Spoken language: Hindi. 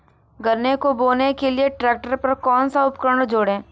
गन्ने को बोने के लिये ट्रैक्टर पर कौन सा उपकरण जोड़ें?